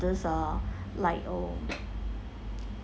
those uh like oh